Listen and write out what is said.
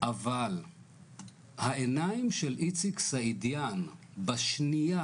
אבל העיניים של איציק סעידיאן בשנייה